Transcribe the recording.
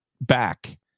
back